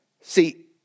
See